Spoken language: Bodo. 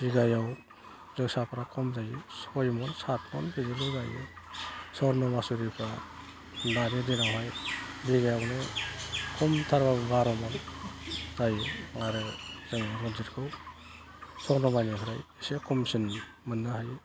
बिगायाव जोसाफोरा खम जायो सय मन साद मन बिदिबो जायो सरन' मासुरिफोरा बारि दिनावहाय बिगायावनो कमथारबाबो बार' मन जायो आरो जों रनजितखौ सल्ल' मननिफ्राय एसे खमसिन मोननो हायो